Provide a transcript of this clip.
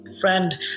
friend